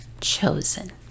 Chosen